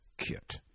kit